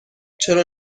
چرا